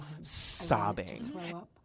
sobbing